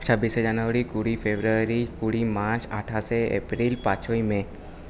ছাব্বিশে জানুয়ারি কুড়ি ফেব্রুয়ারি কুড়ি মার্চ আঠাশে এপ্রিল পাঁচই মে